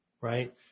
right